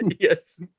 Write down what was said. Yes